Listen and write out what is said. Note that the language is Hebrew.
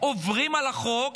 עוברים על החוק,